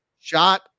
shot